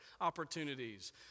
opportunities